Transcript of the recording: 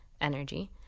energy